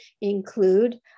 include